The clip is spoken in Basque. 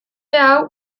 hau